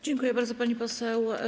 Dziękuję bardzo, pani poseł.